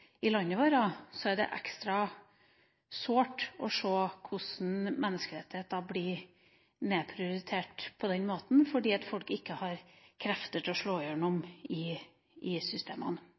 landet vårt, er det ekstra sårt å se hvordan menneskerettigheter blir nedprioritert på den måten, fordi folk ikke har krefter til å slå igjennom i systemene.